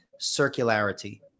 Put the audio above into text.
circularity